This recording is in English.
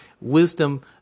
Wisdom